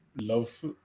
love